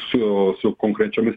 su su konkrečiomis